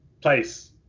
place